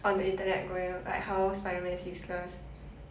on the internet going like how spiderman is useless